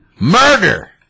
Murder